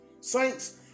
Saints